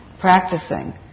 practicing